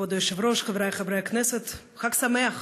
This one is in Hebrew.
כבוד היושב-ראש, חבריי חברי הכנסת, חג שמח.